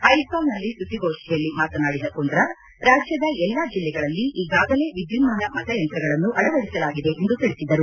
ಐಜ್ವಾಲ್ನಲ್ಲಿ ಸುದ್ದಿಗೋಷ್ಠಿಯಲ್ಲಿ ಮಾತನಾಡಿದ ಕುಂದ್ರಾ ರಾಜ್ಯದ ಎಲ್ಲಾ ಜಿಲ್ಲೆಗಳಲ್ಲಿ ಈಗಾಗಲೇ ವಿದ್ಯುನ್ನಾನ ಮತಯಂತ್ರಗಳನ್ನು ಅಳವಡಿಸಲಾಗಿದೆ ಎಂದು ತಿಳಿಸಿದರು